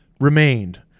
remained